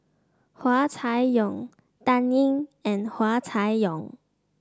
Hua Chai Yong Dan Ying and Hua Chai Yong